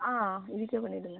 ஆ இதுக்கே பண்ணிவிடுங்க